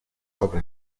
sobre